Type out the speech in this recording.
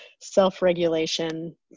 self-regulation